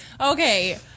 okay